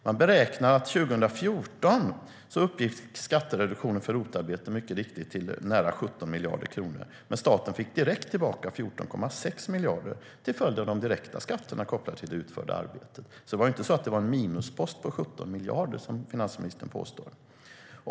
Man beräknar att år 2014 uppgick skattereduktionen för ROT-arbete mycket riktigt till nära 17 miljarder kronor. Men staten fick direkt tillbaka 14,6 miljarder till följd av de direkta skatterna kopplade till det utförda arbetet. Det var inte någon minuspost på 17 miljarder, som finansministern påstår.